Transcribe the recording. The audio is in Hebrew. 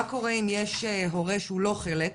מה קורה אם יש הורה שהוא לא חלק,